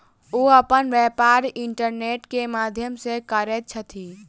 ओ अपन व्यापार इंटरनेट के माध्यम से करैत छथि